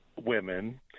women